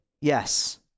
Yes